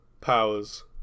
Powers